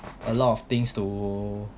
a lot of things to